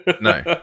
No